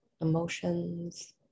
emotions